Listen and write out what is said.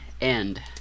end